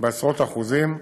בעשרות אחוזים,